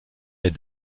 est